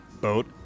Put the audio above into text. boat